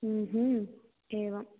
हम् एवम्